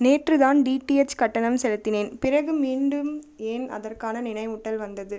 நேற்று தான் டிடிஹெச் கட்டணம் செலுத்தினேன் பிறகு மீண்டும் ஏன் அதற்கான நினைவூட்டல் வந்தது